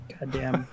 Goddamn